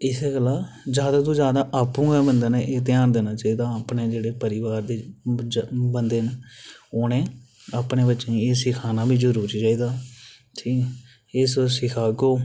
इस गल्ला जादै कोला जादै आपूं गै एह् ध्यान देना चाहिदा अपने गै परिवार दे जेह्ड़े बंदे न ओह् उ'नेंगी अपने बच्चें गी एह् सखाना बी जरूरी ऐ कि एह् तुस सिखागे